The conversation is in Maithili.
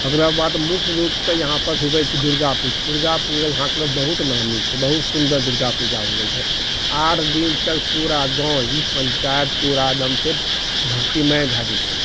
ओकरा बाद मुख्य रूपसँ इहापर हुवै छै दुर्गा पूजा दुर्गा पूजा यहाँके मतलब बहुत नामी छै बहुत सुन्दर दुर्गा पूजा हुवै छै आठ दिन तक पूरा गाँव ही पञ्चायत पूरा एकदम छै भक्तिमय भए जाइ छै